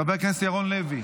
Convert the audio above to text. חבר הכנסת ירון לוי,